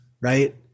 right